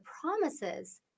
promises